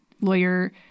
lawyer